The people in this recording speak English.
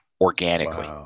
organically